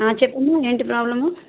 చెప్పమ్మా ఏంటి ప్రాబ్లము